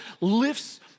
lifts